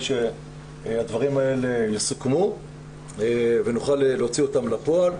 שהדברים יסוכמו ונוכל להוציא אותם לפועל.